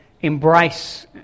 embrace